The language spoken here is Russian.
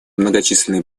многочисленные